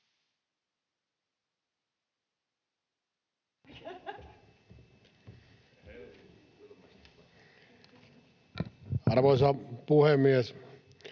Arvoisa puhemies!